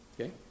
Okay